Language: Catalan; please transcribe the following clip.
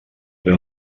ple